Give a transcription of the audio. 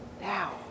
now